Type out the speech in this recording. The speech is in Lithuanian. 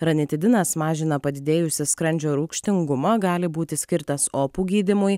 ranitidinas mažina padidėjusį skrandžio rūgštingumą gali būti skirtas opų gydymui